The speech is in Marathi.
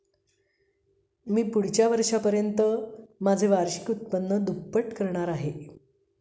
मी पुढच्या वर्षापर्यंत माझे वार्षिक उत्पन्न दुप्पट करणार आहे